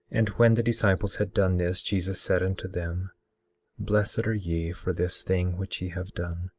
and when the disciples had done this, jesus said unto them blessed are ye for this thing which ye have done,